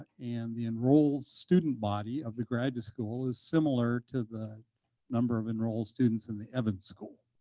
and the enrolled student body of the graduate school is similar to the number of enrolled students in the evans school,